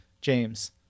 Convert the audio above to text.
James